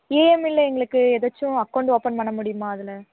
இஎம்ஐயில் எங்களுக்கு எதாச்சும் அக்கௌண்ட் ஓப்பன் பண்ண முடியுமா அதில்